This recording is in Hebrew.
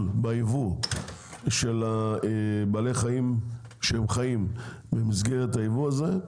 ביבוא של בעלי החיים שהם חיים במסגרת היבוא הזה,